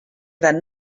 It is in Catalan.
gran